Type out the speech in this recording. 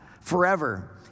forever